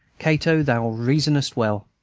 cato, thou reasonest well!